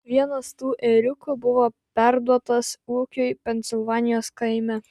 vienas tų ėriukų buvo perduotas ūkiui pensilvanijos kaime